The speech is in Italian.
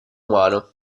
umano